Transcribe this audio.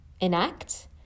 enact